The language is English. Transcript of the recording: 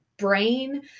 brain